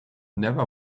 never